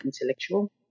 intellectual